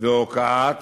והוקעת